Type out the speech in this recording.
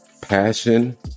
passion